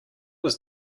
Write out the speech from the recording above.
was